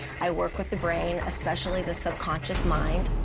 i work with the brain, especially the subconscious mind.